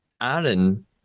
Aaron